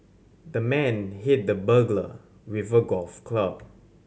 the man hit the burglar with a golf club